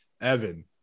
Evan